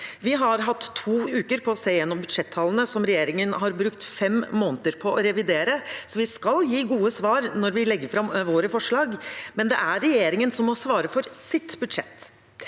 Vi har hatt to uker på å se gjennom budsjettallene som regjeringen har brukt fem måneder på å revidere, og vi skal gi gode svar når vi legger fram våre forslag, men det er regjeringen som må svare for sitt budsjett.